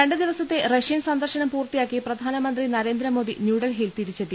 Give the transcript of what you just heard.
രണ്ട് ദിവസത്തെ റഷ്യൻ സന്ദർശനം പൂർത്തിയാക്കി പ്രധാനമന്ത്രി നരേന്ദ്രമോദി ന്യൂഡൽഹിയിൽ തിരിച്ചെത്തി